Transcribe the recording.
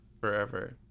forever